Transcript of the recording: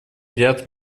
ряд